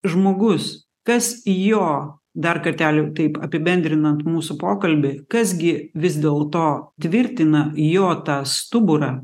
žmogus kas jo dar kartelį taip apibendrinant mūsų pokalbį kas gi vis dėl to tvirtina jo tą stuburą